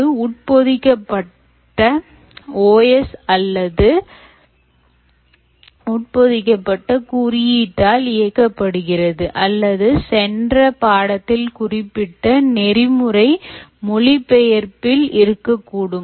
அது உட்பொதிக்கப்பட்ட OS ஆல் அல்லது உட்பொதிக்கப்பட்ட குறியீட்டால் இயக்கப்படுகிறது அல்லது சென்ற பாடத்தில் குறிப்பிட்ட நெறிமுறைமொழிபெயர்ப்பில் இருக்கக்கூடும்